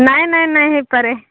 ନାଇ ନାଇ ନାଇ ହେଇପାରେ